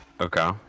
okay